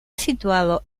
situado